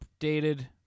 updated